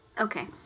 Okay